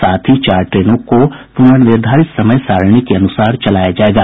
साथ ही चार ट्रेनों को पुनर्निधारित समय सारिणी के अनुसार चलाया जायेगा